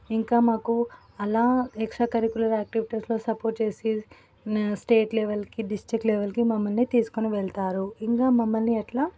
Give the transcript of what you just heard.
ఇంకా మాకు అలా ఎక్సట్రా కరీకులర్ ఆక్టివిటీస్లో సపోర్ట్ చేసి స్టేట్ లెవెల్కి డిస్టిక్ లెవెల్కి మమ్మల్ని తీసుకొని వెళ్తారు ఇంకా మమ్మల్ని ఎట్లా